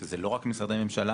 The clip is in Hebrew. שזה לא רק משרדי הממשלה.